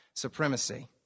Supremacy